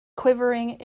quivering